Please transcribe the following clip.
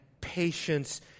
patience